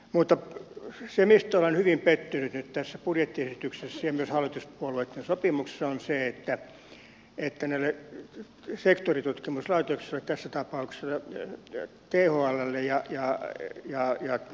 mutta se mihin olen hyvin pettynyt nyt tässä budjettiesityksessä ja myös hallituspuolueitten sopimuksessa on se että näille sektoritutkimuslaitoksille tässä tapauksessa thllle ja jihad eli hakijat